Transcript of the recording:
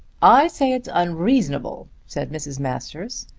i say it's unreasonable, said mrs. masters.